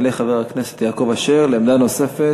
יעלה חבר הכנסת יעקב אשר לעמדה נוספת.